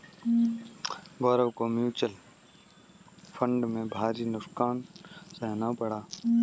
गौरव को mutual fund में भारी नुकसान सहना पड़ा